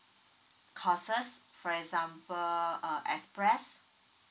courses for example uh express